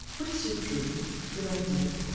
what is your dream your ideal?